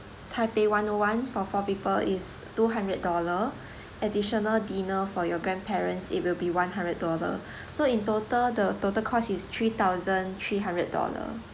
taipei one O one for four people is two hundred dollar additional dinner for your grandparents it will be one hundred dollar so in total the total cost is three thousand three hundred dollar